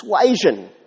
persuasion